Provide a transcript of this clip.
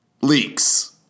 leaks